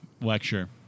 lecture